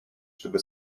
чтобы